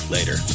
Later